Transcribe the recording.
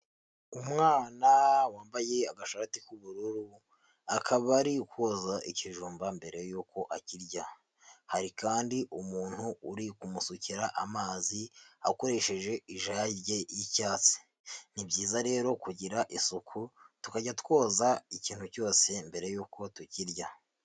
Umwana wambaye agashati k'ubururu akaba ari koza ikijumba mbere yuko akirya, hari kandi umuntu uri kumusukira amazi akoresheje ijage y'icyatsi, ni byiza rero kugira isuku tukajya twoza ikintu cyose mbere yuko tukirya.